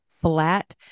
flat